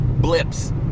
blips